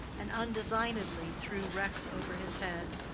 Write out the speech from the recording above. and undesignedly threw rex over his head.